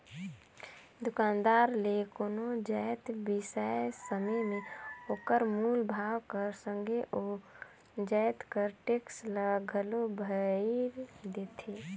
दुकानदार ले कोनो जाएत बिसाए समे में ओकर मूल भाव कर संघे ओ जाएत कर टेक्स ल घलो भइर देथे